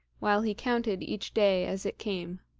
while he counted each day as it came.